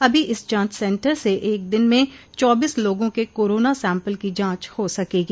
अभी इस जाँच सेन्टर से एक दिन में चौबीस लोगों के कोरोना सैंपल की जाँच हो सकेगी